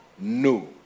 no